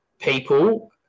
people